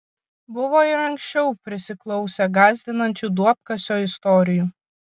buvo ir anksčiau prisiklausę gąsdinančių duobkasio istorijų